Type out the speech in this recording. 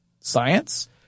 science